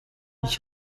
ich